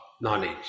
knowledge